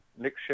Nick